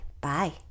Bye